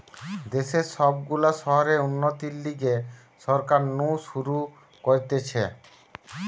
দেশের সব গুলা শহরের উন্নতির লিগে সরকার নু শুরু করতিছে